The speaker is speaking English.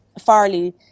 Farley